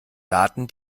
daten